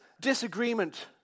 disagreement